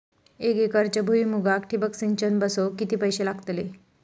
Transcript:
एक एकरच्या भुईमुगाक ठिबक सिंचन बसवूक किती पैशे लागतले?